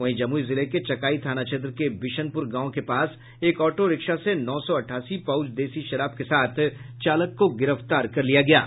वहीं जमुई जिले के चकाई थाना क्षेत्र के बिशनपुर गांव के पास एक ऑटो रिक्शा से नौ सौ अठासी पाउच देसी शराब के साथ चालक को गिरफ्तार किया गया है